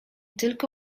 tylko